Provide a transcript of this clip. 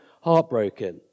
heartbroken